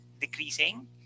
decreasing